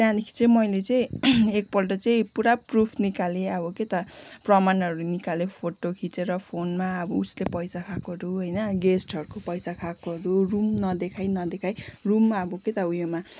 त्यहाँदेखि चाहिँ मैले चाहिँ एकपल्ट चाहिँ पुरा प्रुफ निकालेँ अब के त प्रमाणहरू निकालेँ फोटो खिचेर फोनमा अब उसले पैसा खाएकोहरू होइन गेस्टहरूको पैसा खाएकोहरू रुम नदेखाई नदेखाई रुम अब के त उयोमा